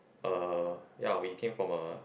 uh ya we came from a